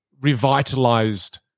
revitalized